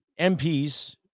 MPs